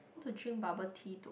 to drink bubble tea to